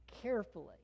carefully